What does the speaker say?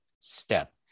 step